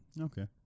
Okay